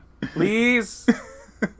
Please